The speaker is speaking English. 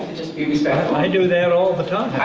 just be respectful. i do that all the time.